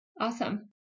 Awesome